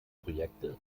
projekte